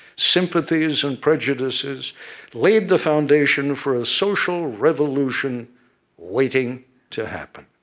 sympathies, and prejudices laid the foundation for a social revolution waiting to happen.